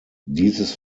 dieses